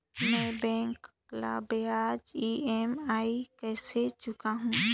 मैं बैंक ला ब्याज ई.एम.आई कइसे चुकाहू?